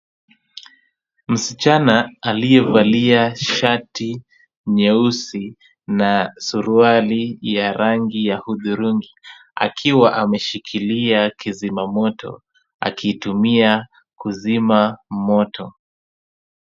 Msichana aliyevalia shati nyeusi na suruali ya rangi ya hudhurungi akiwa ameshikilia kizima moto akiitumia kuzima moto.